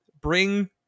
bring